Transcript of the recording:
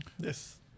Yes